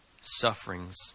sufferings